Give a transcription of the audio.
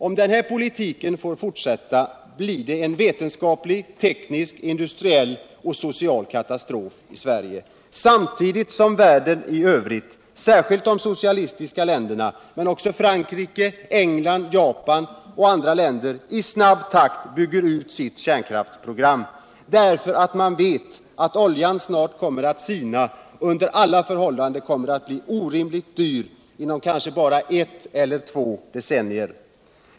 Om den här politiken får fortsätta blir det en vetenskaplig, teknisk, industriell och social katastrof i Sverige - samtidigt som världen i övrigt, särskilt de socialistiska länderna men också Frankrike, England, Japan och andra länder, i snabb takt bygger ut sina kärnkraftsprogram, därför att man vet att oljan snart kommer att sina och under alla förhållanden kommer att bli orimligt dyr inom kanske bara eu eller två decennier.